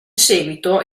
seguito